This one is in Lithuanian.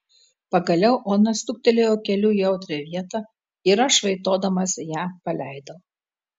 pagaliau ona stuktelėjo keliu į jautrią vietą ir aš vaitodamas ją paleidau